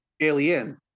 Alien